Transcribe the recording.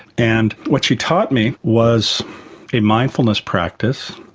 and what she taught me was a mindfulness practice,